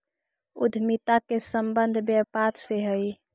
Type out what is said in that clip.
उद्यमिता के संबंध व्यापार से हई